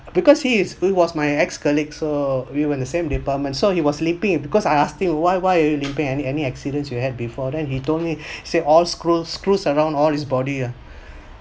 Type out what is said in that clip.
because he is he was my ex colleagues so we were in the same department so he was limping because I asked him why why limping any any accidents you had before then he told me say all screw screw around all his body ah